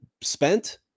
spent